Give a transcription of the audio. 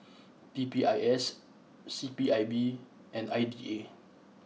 P P I S C P I B and I D A